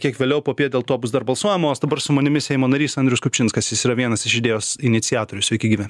kiek vėliau popiet dėl to bus dar balsuojama dabar su manimi seimo narys andrius kupčinskas jis yra vienas iš idėjos iniciatorių sveiki gyvi